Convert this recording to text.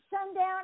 sundown